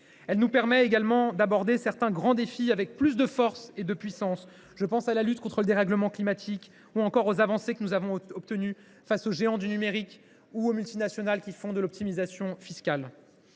Elle nous permet également d’aborder certains grands défis avec plus de force et de puissance. Je pense à la lutte contre le dérèglement climatique, ou encore aux avancées que nous avons obtenues face aux géants du numérique ou aux multinationales qui pratiquent l’optimisation fiscale.